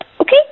Okay